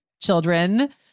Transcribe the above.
children